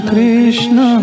Krishna